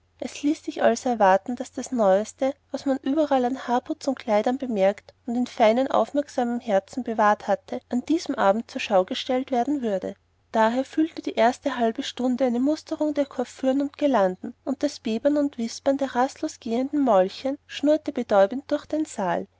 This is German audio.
es ließ sich also erwarten daß das neueste was man überall an haarputz und kleidern bemerkt und in feinem aufmerksamem herzen bewahrt hatte an diesem abend zur schau gestellt werden würde daher füllte die erste halbe stunde eine musterung der coiffüren und girlanden und das bebbern und wispern der rastlos gehenden mäulchen schnurrte betäubend durch den saal